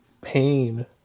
pain